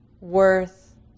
worth